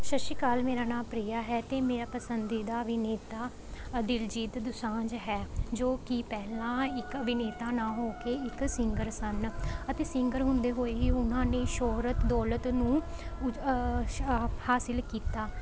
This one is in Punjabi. ਸਤਿ ਸ਼੍ਰੀ ਅਕਾਲ ਮੇਰਾ ਨਾਮ ਪ੍ਰਿਆ ਹੈ ਅਤੇ ਮੇਰਾ ਪਸੰਦੀਦਾ ਅਭਿਨੇਤਾ ਦਿਲਜੀਤ ਦੁਸਾਂਝ ਹੈ ਜੋ ਕਿ ਪਹਿਲਾਂ ਇੱਕ ਅਭਿਨੇਤਾ ਨਾ ਹੋ ਕੇ ਇੱਕ ਸਿੰਗਰ ਸਨ ਅਤੇ ਸਿੰਗਰ ਹੁੰਦੇ ਹੋਏ ਹੀ ਉਹਨਾਂ ਨੇ ਸ਼ੌਹਰਤ ਦੌਲਤ ਨੂੰ ਹਾਸਲ ਕੀਤਾ